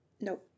nope